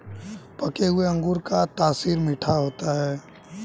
पके हुए अंगूर का तासीर मीठा होता है